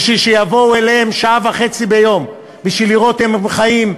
בשביל שיבואו אליהם שעה וחצי ביום בשביל לראות אם הם חיים,